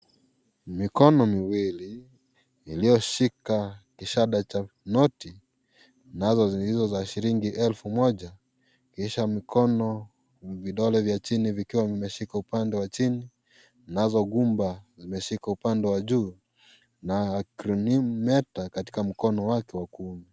Mikono miwili iliyoshika kishada cha noti hizo za shilingi elfu moja kisha mkono vidole vya chini vikiwa vimeshika upande wa chini nazo gumba zimeshika upande wa juu na akronimu meta katika mkono wake wa ku.